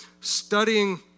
studying